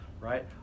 right